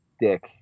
dick